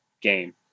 game